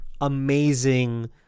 amazing